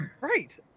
right